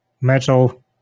metal